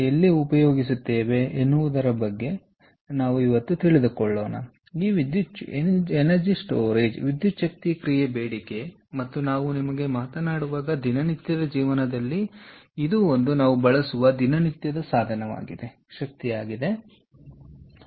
ನೀವು ಅದನ್ನು ನೋಡಿದರೆ ವಿದ್ಯುಚ್ ಕ್ತಿಯ ಬೇಡಿಕೆ ಮತ್ತು ನಾವು ನಿಮ್ಮ ಬಗ್ಗೆ ಮಾತನಾಡುವಾಗ ನಮ್ಮ ದಿನನಿತ್ಯದ ಜೀವನದಲ್ಲಿ ನಾವು ಬಳಸುವ ಶಕ್ತಿಯನ್ನು ನಾವು ತಿಳಿದಿದ್ದೇವೆ